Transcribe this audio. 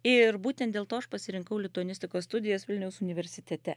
ir būtent dėl to aš pasirinkau lituanistikos studijas vilniaus universitete